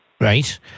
right